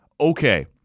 okay